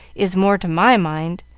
is more to my mind.